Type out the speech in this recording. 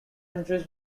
entries